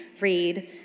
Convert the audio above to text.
read